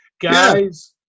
guys